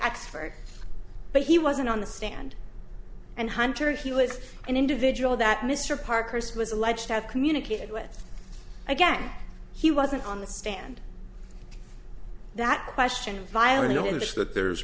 expert but he wasn't on the stand and hunter if he was an individual that mr parkhurst was alleged to have communicated with again he wasn't on the stand that question violence that there's